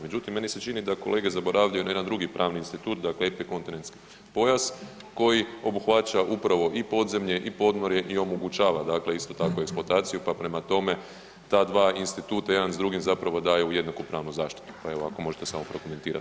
Međutim, meni se čini da kolege zaboravljaju na jedan drugi pravni institut, dakle epikontinentski pojas koji obuhvaća upravo i podzemlje i podmorje i omogućava, dakle isto tako eksploataciju, pa prema tome, ta dva instituta, jedan s drugim zapravo daju jednakopravnu zaštitu pa evo, ako je možete samo prokomentirati.